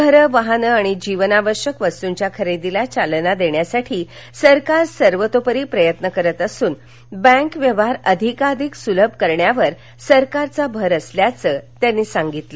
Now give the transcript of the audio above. घरं वाहनं आणि जीवनावश्यक वस्तृंच्या खरेदीला चालना देण्यासाठी सरकार सर्वतोपरी प्रयत्न करत असून बँक व्यवहार अधिकाधिक सुलभ करण्यावर सरकारचा भर असल्याचं त्या म्हणाल्या